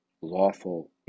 lawful